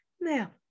Now